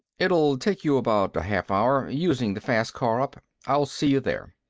it'll take you about a half hour, using the fast car up. i'll see you there.